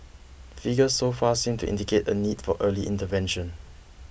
figures so far seem to indicate a need for early intervention